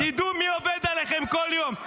-- תדעו מי עובד עליכם כל יום.